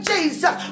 Jesus